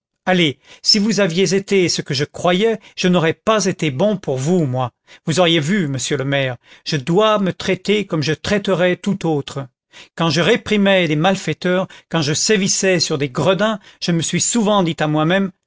allez si vous aviez été ce que je croyais je n'aurais pas été bon pour vous moi vous auriez vu monsieur le maire je dois me traiter comme je traiterais tout autre quand je réprimais des malfaiteurs quand je sévissais sur des gredins je me suis souvent dit à moi-même